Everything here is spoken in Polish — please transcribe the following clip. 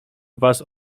was